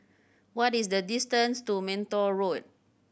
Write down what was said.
what is the distance to Minto Road